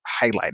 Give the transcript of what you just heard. highlighted